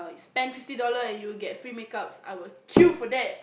spend fifty dollar and you get free make-ups I will kill for that